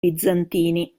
bizantini